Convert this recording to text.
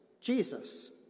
Jesus